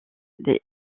des